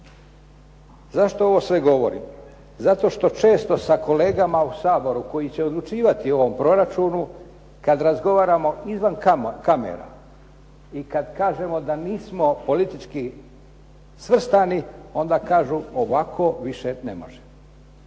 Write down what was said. Zašto ovo sve govorim? Zato što često sa kolegama u Saboru koji će odlučivati o ovom proračunu, kada razgovaramo izvan kamera i kada kažemo da nismo politički svrstani, onda kažu ovako više ne može.